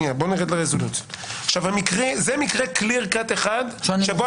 אז יש לנו מקרהclear-cut אחד שבו